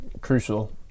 crucial